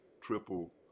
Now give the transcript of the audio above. triple